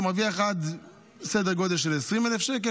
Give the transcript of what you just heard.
אתה מגיע עד סדר גודל של 20,000 שקל.